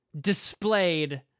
displayed